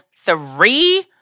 three